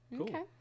Okay